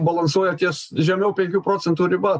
balansuoja ties žemiau penkių procentų riba